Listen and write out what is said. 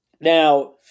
Now